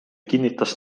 kinnitas